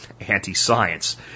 anti-science